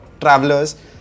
travelers